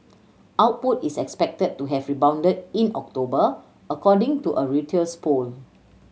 output is expected to have rebounded in October according to a Reuters poll